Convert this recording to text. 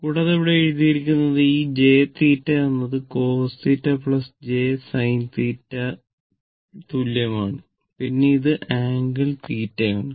കൂടാതെ ഇവിടെ എഴുതിയിരിക്കുന്നത് ഇ jθ എന്നത് cos θ j sin equal ന് തുല്യമാണ് പിന്നെ ഇത് ആംഗിൾ θ ആണ്